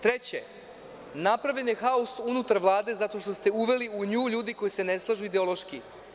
Treće, napravljen je haos unutar Vlade zato što ste uveli u nju ljude koji se ne slažu ideološki.